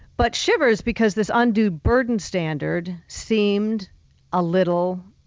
but shivers, because this undue burden standard seemed a little